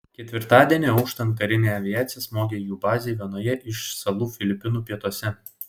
ketvirtadienį auštant karinė aviacija smogė jų bazei vienoje iš salų filipinų pietuose